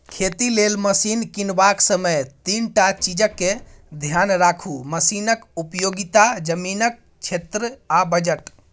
खेती लेल मशीन कीनबाक समय तीनटा चीजकेँ धेआन राखु मशीनक उपयोगिता, जमीनक क्षेत्र आ बजट